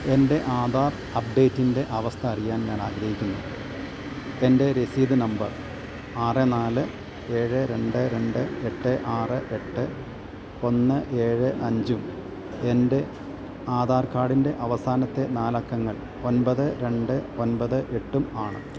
എൻ്റെ ആധാർ അപ്ഡേറ്റിൻ്റെ അവസ്ഥയറിയാൻ ഞാൻ ആഗ്രഹിക്കുന്നു എൻ്റെ രസീത് നമ്പർ ആറ് നാല് ഏഴ് രണ്ട് രണ്ട് എട്ട് ആറ് എട്ട് ഒന്ന് ഏഴ് അഞ്ചും എൻ്റെ ആധാർ കാർഡിൻ്റെ അവസാനത്തെ നാലക്കങ്ങൾ ഒൻപത് രണ്ട് ഒൻപത് എട്ടുമാണ്